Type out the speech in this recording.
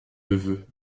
neveu